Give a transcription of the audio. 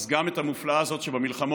גם את המופלאה הזאת שבמלחמות,